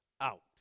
out